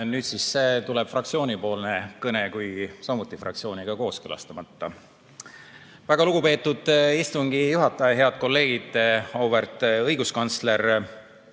Nüüd siis tuleb fraktsioonipoolne kõne, kuigi [see on] samuti fraktsiooniga kooskõlastamata. Väga lugupeetud istungi juhataja! Head kolleegid! Auväärt õiguskantsler!